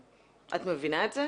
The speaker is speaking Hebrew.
את מבינה את זה?